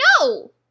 no